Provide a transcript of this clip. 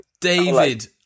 David